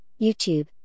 YouTube